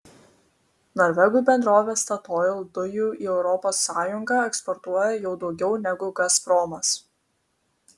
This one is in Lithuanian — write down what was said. norvegų bendrovė statoil dujų į europos sąjungą eksportuoja jau daugiau negu gazpromas